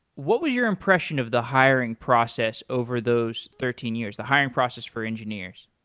what was your impression of the hiring process over those thirteen years the hiring process for engineers?